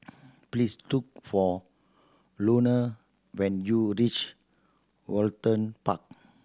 please look for Luanne when you reach Woollerton Park